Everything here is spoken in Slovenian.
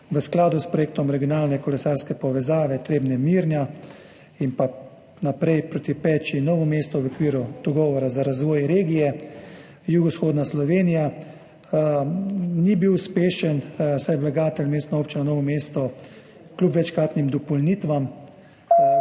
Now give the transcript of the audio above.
v skladu s projektom regionalne kolesarske povezave Trebnje–Mirna in pa naprej proti Mirni Peči, Novemu mestu v okviru Dogovora za razvoj regije Jugovzhodna Slovenija ni bil uspešen, saj vlagatelj Mestna občina Novo mesto kljub večkratnim dopolnitvam